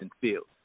Fields